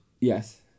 Yes